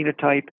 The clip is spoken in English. phenotype